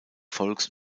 volks